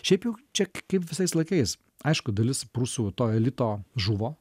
šiaip jau čia k kaip visais laikais aišku dalis prūsų to elito žuvo